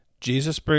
Jesus